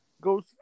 goes